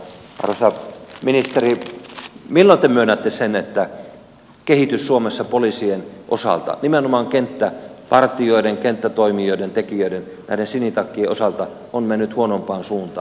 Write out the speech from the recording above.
arvoisa ministeri milloin te myönnätte sen että kehitys suomessa poliisien osalta nimenomaan kenttäpartioiden kenttätoimijoiden ja tekijöiden näiden sinitakkien osalta on mennyt huonompaan suuntaan